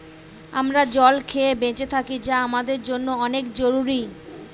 আমরা জল খেয়ে বেঁচে থাকি যা আমাদের জন্যে অনেক জরুরি